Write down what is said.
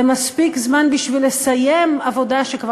זה מספיק זמן בשביל לסיים עבודה שכבר